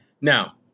Now